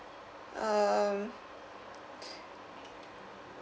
um